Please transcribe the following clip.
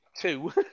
two